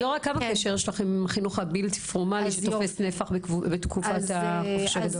כמה קשר יש עם החינוך הבלתי פורמלי שתופס נפח בתקופת החופש הגדול?